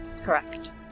Correct